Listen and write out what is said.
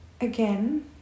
Again